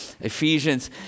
Ephesians